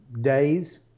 days